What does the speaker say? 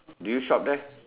do you shop there